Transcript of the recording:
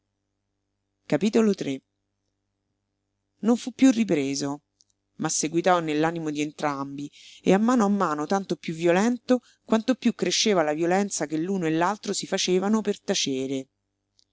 lí non fu piú ripreso ma seguitò nell'animo di entrambi e a mano a mano tanto piú violento quanto piú cresceva la violenza che l'uno e l'altro si facevano per tacere